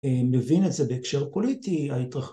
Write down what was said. ‫מבין את זה בהקשר פוליטי, ‫ההתרחבות.